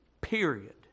period